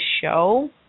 show